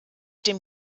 dem